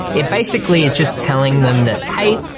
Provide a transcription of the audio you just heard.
it basically is just telling them that hey,